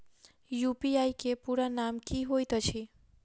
UPI केँ पूरा नाम की होइत अछि?